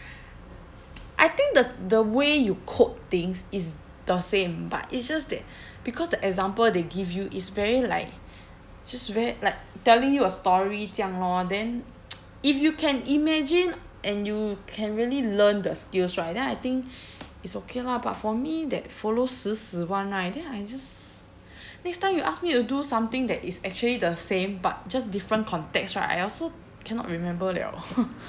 I think the the way you code things is the same but it's just that because the example they give you is very like just very like telling you a story 这样 lor then if you can imagine and you can really learn the skills right then I think it's okay lah but for me that follow 死死 [one] right then I just next time you ask me to do something that is actually the same but just different context right I also cannot remember liao